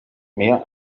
mehr